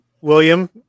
william